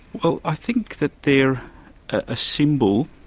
well i think that they're a symbol,